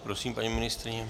Prosím, paní ministryně.